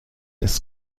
des